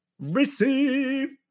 receive